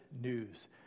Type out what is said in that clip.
news